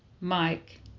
Mike